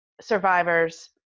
survivors